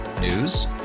News